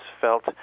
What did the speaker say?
felt